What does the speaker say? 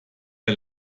der